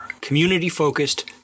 community-focused